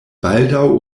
baldaŭ